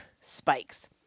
spikes